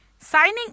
Signing